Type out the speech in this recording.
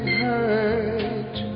hurt